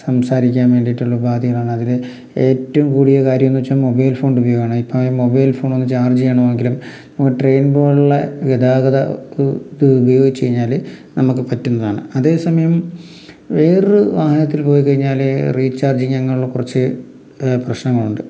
സംസാരിക്കാൻ വേണ്ടിയിട്ടുള്ള ഉപാധികളാണ് അതിൽ ഏറ്റവും കൂടിയ കാര്യം എന്നു വച്ചാൽ മൊബൈൽ ഫോൺ ഉപയോഗമാണ് ഇപ്പം മൊബൈൽ ഫോണൊന്ന് ചാർജ് ചെയ്യണമെങ്കിലും നമുക്ക് ട്രെയിൻ പോലെയുള്ള ഗതാഗതം ഇത് ഉപയോഗിച്ചു കഴിഞ്ഞാൽ നമുക്ക് പറ്റുന്നതാണ് അതേ സമയം വേറൊരു വാഹനത്തിൽ പോയിക്കഴിഞ്ഞാൽ റീചാർജിങ് അങ്ങനെയുള്ള കുറച്ചു പ്രശ്നങ്ങളുണ്ട്